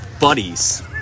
Buddies